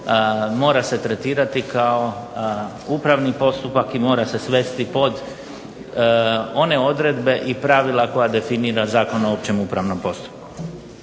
mora se tretirati kao upravni postupak i mora se svesti pod one odredbe i pravila koja definira Zakon o općem upravnom postupku.